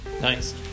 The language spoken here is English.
Nice